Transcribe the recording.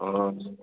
हुन्छ